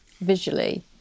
visually